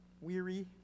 weary